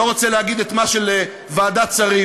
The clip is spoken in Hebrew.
לא רוצה להגיד את מה של ועדת שרים.